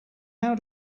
how